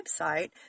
website